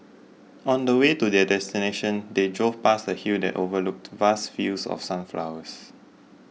on the way to their destination they drove past a hill that overlooked vast fields of sunflowers